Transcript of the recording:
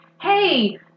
hey